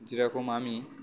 যেরকম আমি